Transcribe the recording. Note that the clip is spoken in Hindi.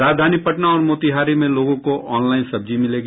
राजधानी पटना और मोतिहारी में लोगों को ऑनलाईन सब्जी मिलेगी